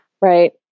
Right